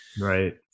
Right